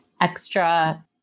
extra